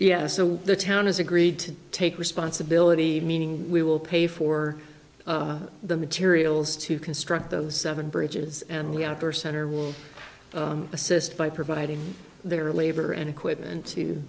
yes so the town is agreed to take responsibility meaning we will pay for the materials to construct the seven bridges and the outer center will assist by providing their labor and equipment to